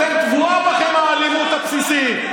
אתם, טבועה בכם האלימות הבסיסית.